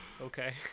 Okay